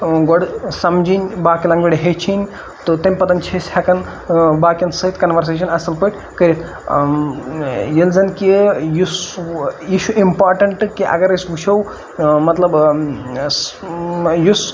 گۄڈٕ سَمجھِنۍ باقٕے لنٛگویج گۄڈٕ ہیٚچھِنۍ تہٕ تیٚمہِ پَتہٕ چھِ أسۍ ہیٚکان باقٕیَن سۭتۍ کَنوَرزیشَن اَصٕل پٲٹھۍ کٔرِتھ ییٚلہِ زَن کہِ یہِ سو یہِ چھِ اِمپاٹَنٛٹ کہِ اگر أسۍ وٕچھو مطلب یُس